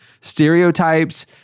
stereotypes